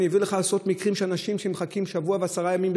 אני אביא לך עשרות מקרים של אנשים שמחכים שבוע ועשרה ימים,